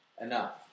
enough